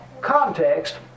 context